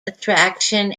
attraction